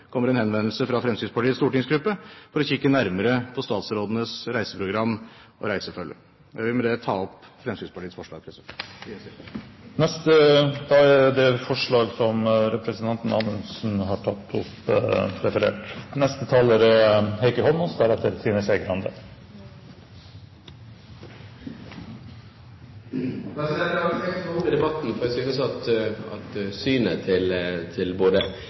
kommer en henvendelse fra Fremskrittspartiets stortingsgruppe om å få kikke nærmere på statsrådenes reiseprogram og reisefølge. Jeg vil med det ta opp Fremskrittspartiets forslag. Representanten Anders Anundsen har tatt opp det forslag han selv refererte til. Jeg hadde ikke tenkt å ta ordet i debatten, for jeg synes at både innlegget til Helleland og innlegget til